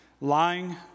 Lying